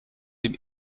dem